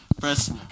press